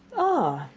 ah!